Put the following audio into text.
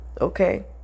Okay